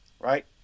Right